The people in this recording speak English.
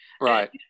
Right